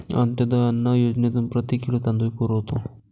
अंत्योदय अन्न योजनेतून प्रति किलो तांदूळ पुरवतो